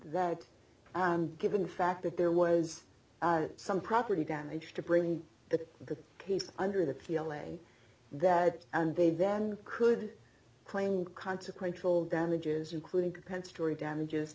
that and given the fact that there was some property damage to bring that the case under the feeling that and they then could claim consequential damages including compensatory damages